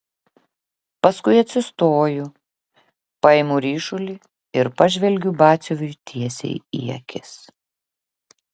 paskui atsistoju paimu ryšulį ir pažvelgiu batsiuviui tiesiai į akis